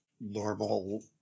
normal